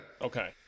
Okay